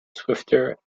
swifter